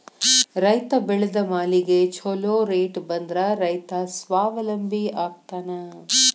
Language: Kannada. ರೈತ ಬೆಳೆದ ಮಾಲಿಗೆ ಛೊಲೊ ರೇಟ್ ಬಂದ್ರ ರೈತ ಸ್ವಾವಲಂಬಿ ಆಗ್ತಾನ